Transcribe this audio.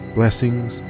blessings